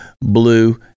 blue